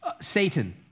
Satan